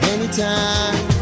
Anytime